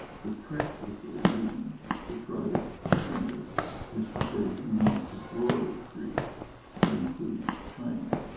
the trick that they're using to try to prevent it is to say we want a broader treaty that includes china.